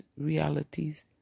realities